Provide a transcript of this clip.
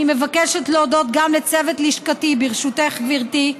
אני מבקשת להודות גם לצוות לשכתי, ברשותך, גברתי,